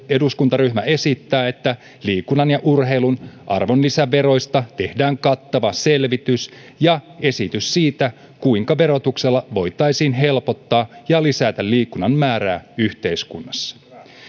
eduskuntaryhmä esittää että liikunnan ja urheilun arvonlisäveroista tehdään kattava selvitys ja esitys siitä kuinka verotuksella voitaisiin helpottaa ja lisätä liikunnan määrää yhteiskunnassa